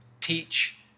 teach